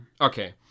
Okay